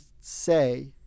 say